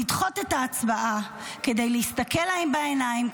לדחות את ההצבעה כדי להסתכל להם בעיניים,